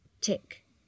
tick